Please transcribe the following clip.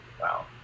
wow